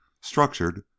structured